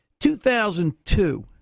2002